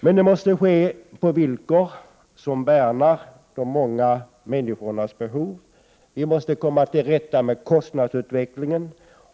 Men det måste ske på villkor som värnar de många människornas behov. Vi måste komma till rätta med kostnadsutvecklingen.